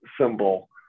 symbol